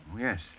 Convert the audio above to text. yes